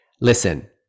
Listen